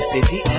City